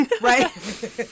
Right